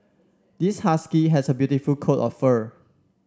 this husky has a beautiful coat of fur